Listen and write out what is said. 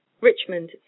Richmond